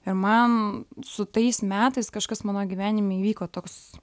ir man su tais metais kažkas mano gyvenime įvyko toks